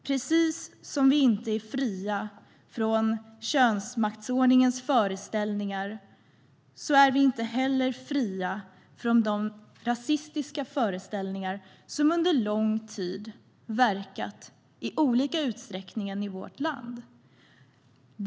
Precis som vi inte är fria från könsmaktsordningens föreställningar är vi inte heller fria från de rasistiska föreställningar som under lång tid verkat i olika utsträckning i vårt land.